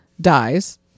dies